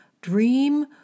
dream